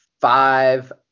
five